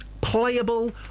playable